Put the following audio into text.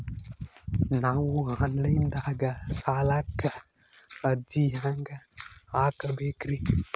ನಾವು online ದಾಗ ಸಾಲಕ್ಕ ಅರ್ಜಿ ಹೆಂಗ ಹಾಕಬೇಕ್ರಿ?